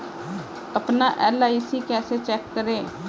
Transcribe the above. अपना एल.आई.सी कैसे चेक करें?